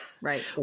Right